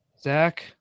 Zach